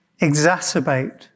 exacerbate